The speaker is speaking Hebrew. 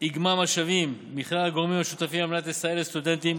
איגמה משאבים מכלל הגורמים השותפים על מנת לסייע לסטודנטים